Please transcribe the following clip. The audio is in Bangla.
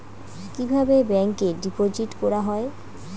কিভাবে ব্যাংকে ডিপোজিট করা হয়?